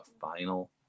final